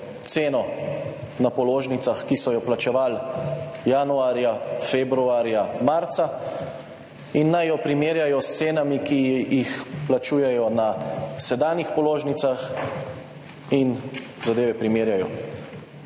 ceno na položnicah, ki so jo plačevali januarja, februarja, marca in naj jo primerjajo s cenami, ki jih plačujejo na sedanjih položnicah in zadeve primerjajo